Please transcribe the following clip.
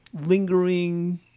lingering